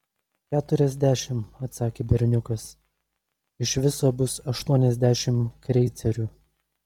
keturiasdešimt atsakė berniukas iš viso bus aštuoniasdešimt kreicerių